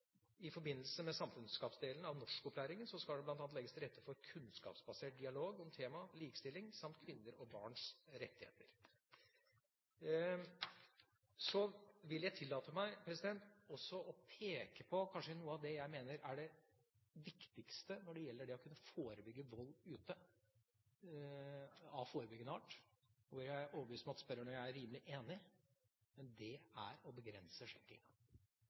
I forbindelse med samfunnskunnskapsdelen av norskopplæringen skal det bl.a. legges til rette for kunnskapsbasert dialog om temaet likestilling samt kvinner og barns rettigheter. Så vil jeg tillate meg også å peke på noe av det jeg mener kanskje er det viktigste når det gjelder det å kunne forebygge vold ute – av forebyggende art, hvor jeg er overbevist om at spørreren og jeg er rimelig enige – og det er å begrense